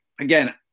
again